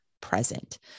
present